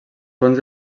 fons